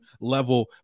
level